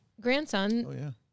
grandson